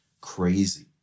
crazy